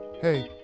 hey